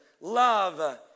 love